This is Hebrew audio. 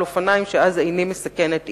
ברכיבה על אופניים, ודאי שאיני מסכנת איש.